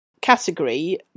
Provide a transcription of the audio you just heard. category